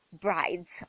brides